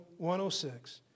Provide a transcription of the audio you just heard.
106